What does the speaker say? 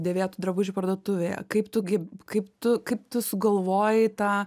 dėvėtų drabužių parduotuvėje kaip tu gi kaip tu kaip tu sugalvojai tą